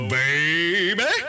baby